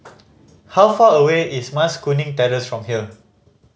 how far away is Mas Kuning Terrace from here